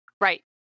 Right